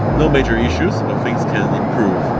no major issues, but things can improve.